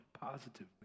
positively